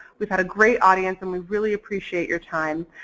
we've had a great audience and we really appreciate your time.